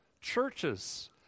churches